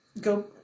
go